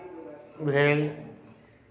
भेल